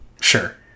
Sure